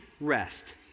rest